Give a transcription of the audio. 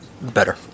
better